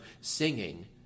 singing